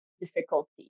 difficulty